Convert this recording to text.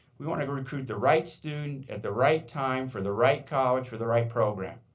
we want to recruit the right student at the right time for the right college for the right program.